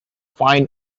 fine